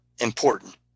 important